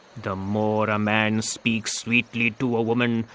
the more a man speaks sweetly to a woman,